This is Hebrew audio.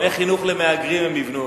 מבני חינוך למהגרים הם יבנו,